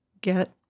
get